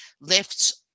lifts